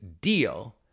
deal